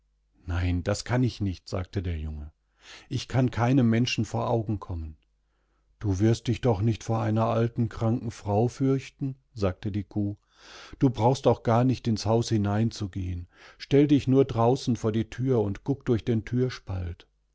nein das kann ich nicht sagte der junge ich kann keinem menschen vor augen kommen du wirst dich doch nicht vor einer alten kranken frau fürchten sagte die kuh du brauchst auch gar nicht ins haus hineinzugehen stelle dich nur draußen vor die tür und guck durch den